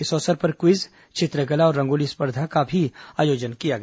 इस अवसर पर क्विज चित्रकला और रंगोली स्पर्धा का भी आयोजन किया गया